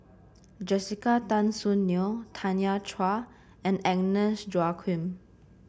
Jessica Tan Soon Neo Tanya Chua and Agnes Joaquim